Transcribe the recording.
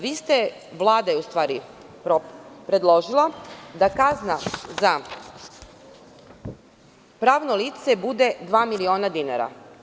Vlada je u stvari predložila da kazna za pravno lice bude dva miliona dinara.